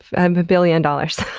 and um a billion dollars.